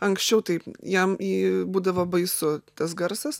anksčiau taip jam į būdavo baisu tas garsas